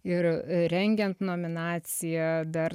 ir rengiant nominaciją dar